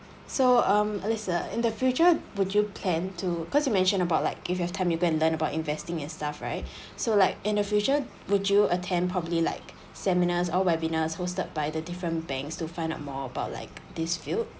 so um alyssa in the future would you plan to cause you mentioned about like if you have time you go and learn about investing and stuff right so like in the future would you attend probably like seminars or webinars hosted by the different banks to find out more about like this field